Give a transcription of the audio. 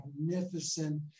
magnificent